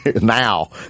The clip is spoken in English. Now